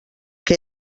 què